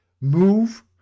move